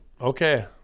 Okay